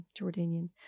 Jordanian